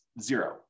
zero